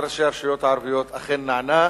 ועד ראשי הרשויות הערביות אכן נענה,